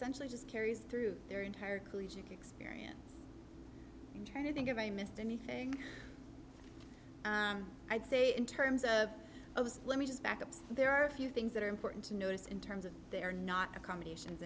just carries through their entire collegiate experience trying to think of i missed anything i'd say in terms of those let me just back up there are a few things that are important to notice in terms of they're not accommodations